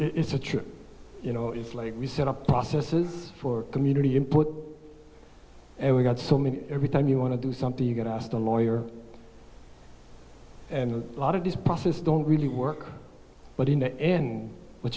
down it is a trick you know it's like we set up processes for community input and we got so many every time you want to do something you get asked a lawyer and a lot of this process don't really work but in the end what